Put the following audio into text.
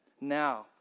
now